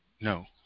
No